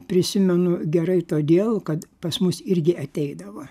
prisimenu gerai todėl kad pas mus irgi ateidavo